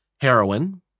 heroin